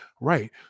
Right